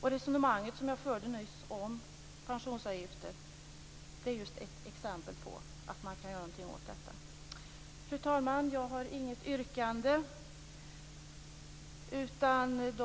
Det resonemang som jag nyss förde om pensionsavgifter är just ett exempel på att man kan göra något åt detta. Fru talman! Jag har inget yrkande.